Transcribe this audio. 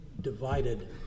divided